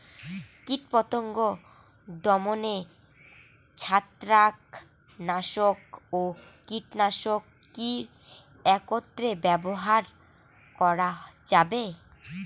কীটপতঙ্গ দমনে ছত্রাকনাশক ও কীটনাশক কী একত্রে ব্যবহার করা যাবে?